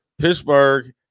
Pittsburgh